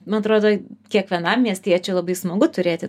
man atrodo kiekvienam miestiečiui labai smagu turėti